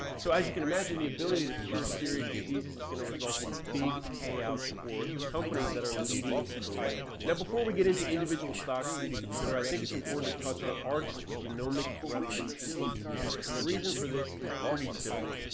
so as you can imagine, the ability to cure serious diseases is going to result in big payouts for the companies that are leading the way now, before we get into individual stocks for you to consider, i think it's important to touch on arcs genomic revolution, yeah etf. and the reason for this is pretty simple.